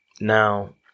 now